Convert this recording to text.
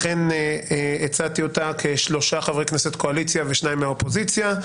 לכן הצעתי אותה כשלושה חברי כנסת קואליציה ושניים מהאופוזיציה,